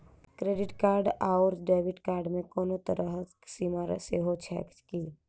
Credit card आओर debit card मे कोनो तरहक सीमा सेहो छैक की?